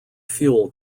fuel